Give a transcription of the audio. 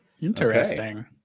Interesting